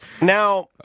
Now